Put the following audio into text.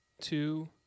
two